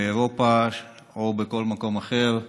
באירופה או בכל מקום אחר,